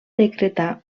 decretar